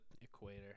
equator